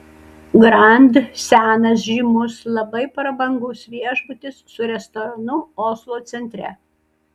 grand senas žymus labai prabangus viešbutis su restoranu oslo centre